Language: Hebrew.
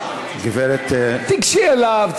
תיגשי אליו,